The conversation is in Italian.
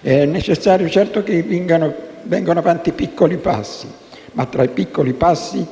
È necessario, certo, che vengano fatti piccoli passi, ma tra i piccoli passi